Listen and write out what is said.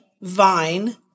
vine